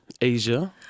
Asia